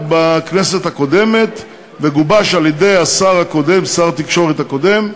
בכנסת הקודמת וגובש על-ידי השר הקודם,